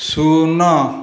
ଶୂନ